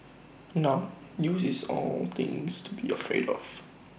now news is all things to be afraid of